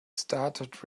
started